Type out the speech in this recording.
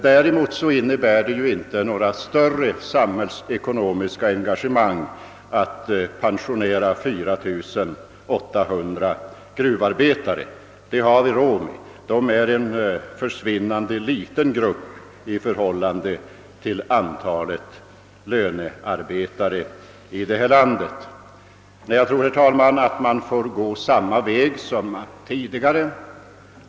Däremot innebär det inte några större samhällsekonomiska engagemang att pensionera 4800 gruvarbetare. Det har vi råd med. Det är en försvinnande liten grupp i förhållande till antalet lönearbetare i detta land. Jag tror, herr talman, att man får gå samma väg som tidigare.